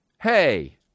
hey